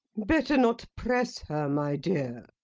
better not press her, my dear.